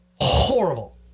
horrible